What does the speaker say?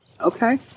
okay